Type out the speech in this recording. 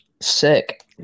Sick